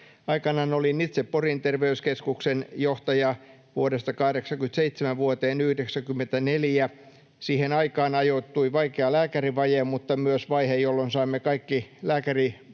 Aikanaan olin itse Porin terveyskeskuksen johtaja vuodesta 87 vuoteen 94. Siihen aikaan ajoittui vaikea lääkärivaje mutta myös vaihe, jolloin saimme kaikki lääkärivirat